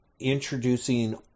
introducing